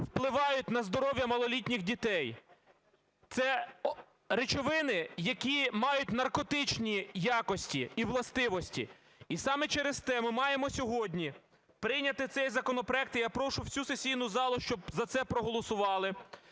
впливають на здоров'я малолітніх дітей, це речовини, які мають наркотичні якості і властивості. І саме через те ми маємо сьогодні прийнятий цей законопроект, і я прошу всю сесійну залу, щоб за це проголосували,